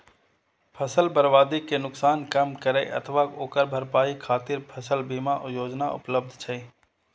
फसल बर्बादी के नुकसान कम करै अथवा ओकर भरपाई खातिर फसल बीमा योजना उपलब्ध छै